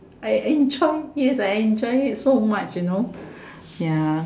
I enjoy yes I enjoy it so much you know yeah